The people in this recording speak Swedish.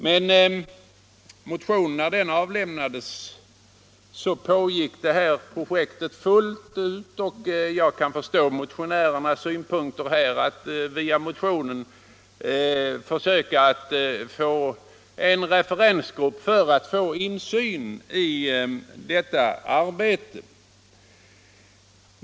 Men när motionen avlämnades pågick det här projektet fullt ut, och jag kan förstå motionärernas syfte att via motionen försöka få en referensgrupp för att vinna insyn i detta arbete.